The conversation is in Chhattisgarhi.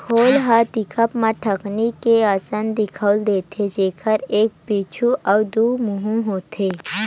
खोल ह दिखब म टेकनी के असन दिखउल देथे, जेखर एक पूछी अउ दू मुहूँ होथे